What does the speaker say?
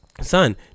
Son